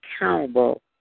accountable